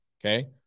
Okay